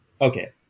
okay